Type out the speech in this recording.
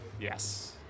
yes